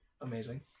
amazing